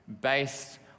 based